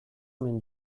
omen